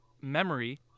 memory